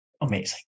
amazing